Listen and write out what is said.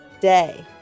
day